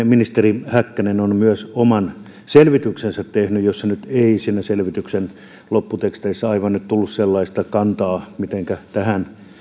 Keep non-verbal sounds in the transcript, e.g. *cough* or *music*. *unintelligible* ministeri häkkänen on myös oman selvityksensä tehnyt jossa ei siellä selvityksen lopputeksteissä aivan nyt tullut sellaista kantaa mitenkä tähän